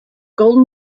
golden